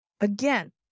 again